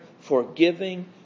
forgiving